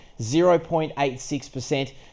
0.86%